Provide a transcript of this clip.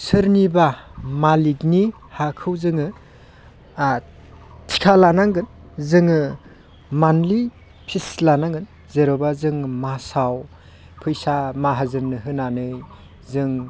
सोरनिबा मालिकनि हाखौ जोङो थिखा लानांगोन जोङो मानथलि फिस लानांगोन जेन'बा जों मासाव फैसा माहाजोननो होनानै जों